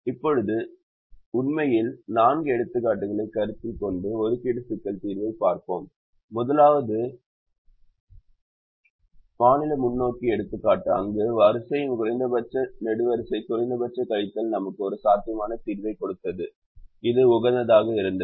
இப்போது உண்மையில் நான்கு எடுத்துக்காட்டுகளைக் கருத்தில் கொண்டு ஒதுக்கீட்டு சிக்கல் தீர்வைப் பார்த்தோம் முதலாவது மாநில முன்னோக்கி எடுத்துக்காட்டு அங்கு வரிசையின் குறைந்தபட்ச நெடுவரிசை குறைந்தபட்ச கழித்தல் நமக்கு ஒரு சாத்தியமான தீர்வைக் கொடுத்தது இது உகந்ததாக இருந்தது